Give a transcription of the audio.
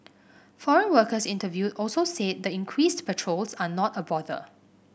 foreign workers interviewed also said the increased patrols are not a bother